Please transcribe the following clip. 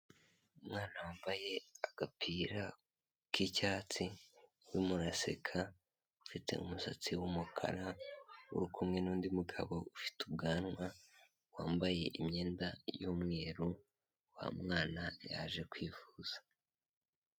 Umwana wambaye agapira k'icyatsi urimo uraseka ufite umusatsi w'umukara uri kumwe n'undi mugabo ufite ubwanwa wambaye imyenda y'umweru wa mwana yaje kwifuza.